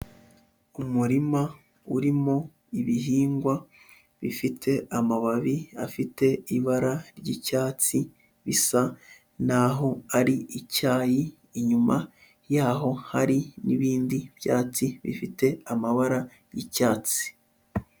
Umurima urimo ibihingwa bifite amababi afite ibara ry'icyatsi bisa n'aho ari icyayi, inyuma yaho hari n'ibindi byatsi bifite amabara y'icyatsi.